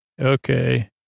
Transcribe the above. Okay